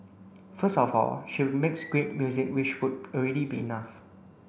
first of all she makes great music which would already be enough